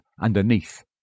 underneath